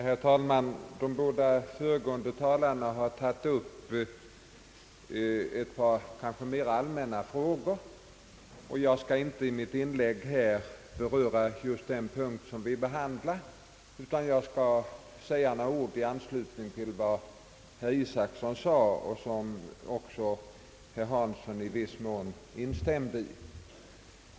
Herr talman! De båda föregående talarna har tagit upp ett par kanske mera allmänna frågor, och jag skall i mitt inlägg här inte beröra just den punkt som vi nu behandlar, utan jag skall säga några ord i anslutning till vad herr Isacson anförde, med vilken också herr Hansson i viss mån instämde.